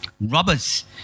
robbers